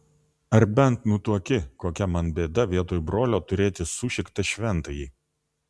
ar bent nutuoki kokia man bėda vietoj brolio turėti sušiktą šventąjį